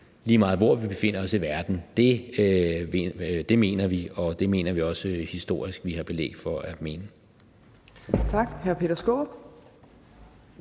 lige meget hvor vi befinder os i verden, mener vi, og det mener vi også at vi historisk har belæg for at mene. Kl. 14:41